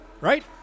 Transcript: Right